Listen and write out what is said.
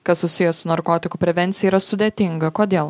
kas susiję su narkotikų prevencija yra sudėtinga kodėl